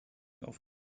auf